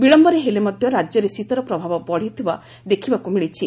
ବିଳମ୍ୟରେ ହେଲେ ମଧ୍ଧ ରାକ୍ୟରେ ଶୀତର ପ୍ରଭାବ ବଢ଼ିଥିବା ଦେଖିବାକୁ ମିଳିଛି